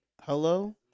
Hello